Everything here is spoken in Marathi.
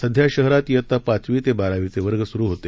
सध्या शहरात इयत्ता पाचवी ते बारावीचे वर्ग सुरु होते